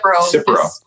Cipro